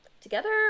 together